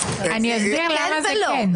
אני אסביר למה זה כן.